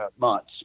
months